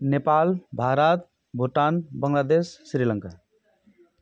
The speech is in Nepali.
नेपाल भारत भुटान बङ्गलादेश श्रीलङ्का